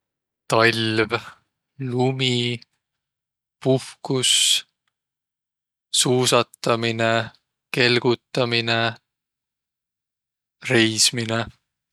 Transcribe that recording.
Talv, lumi, puhkus, suusataminõ, kelgutaminõ, reismine.